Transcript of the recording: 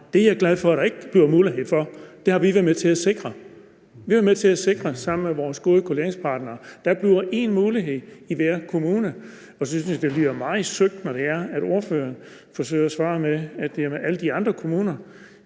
Det er jeg glad for at der ikke bliver mulighed for. Det har vi været med til at sikre. Vi har sammen med vores gode regeringspartnere været med til at sikre, at der bliver én mulighed i hver kommune. Så jeg synes, det lyder meget søgt, når ordføreren forsøger at svare med, at det er med alle de andre kommuner.